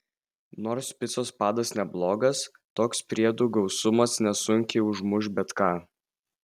nors picos padas neblogas toks priedų gausumas nesunkiai užmuš bet ką